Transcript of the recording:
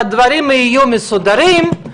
שהדברים יהיו מסודרים,